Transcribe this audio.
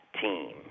team